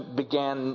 began